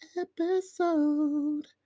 episode